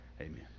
Amen